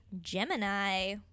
Gemini